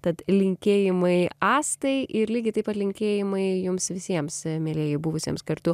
tad linkėjimai astai ir lygiai taip pat linkėjimai jums visiems mielieji buvusiems kartu